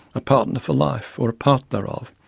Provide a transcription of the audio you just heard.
a partner for life or a part thereof,